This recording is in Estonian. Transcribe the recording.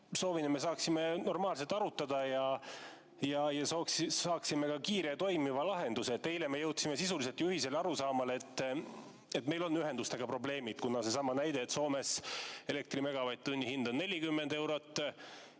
soovin, et me saaksime normaalselt arutada ja saaksime ka kiire toimiva lahenduse. Eile me jõudsime ju sisuliselt ühisele arusaamale, et meil on ühendustega probleemid. Seesama näide, et Soomes elektri megavatt-tunni hind on 40 eurot,